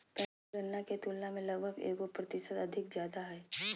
पहले गणना के तुलना में लगभग एगो प्रतिशत अधिक ज्यादा हइ